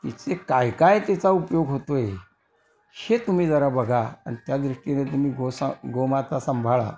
तिचे काय काय तिचा उपयोग होतो आहे हे तुम्ही जरा बघा आणि त्या दृष्टीने तुम्हीही गोसा गोमाता सांभाळा